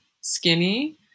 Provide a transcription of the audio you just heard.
skinny